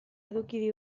eduki